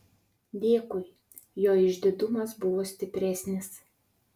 dėkui jo išdidumas buvo stipresnis